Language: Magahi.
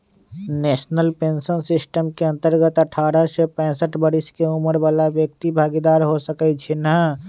नेशनल पेंशन सिस्टम के अंतर्गत अठारह से पैंसठ बरिश के उमर बला व्यक्ति भागीदार हो सकइ छीन्ह